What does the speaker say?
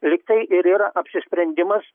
lyg tai ir yra apsisprendimas